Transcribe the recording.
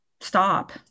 stop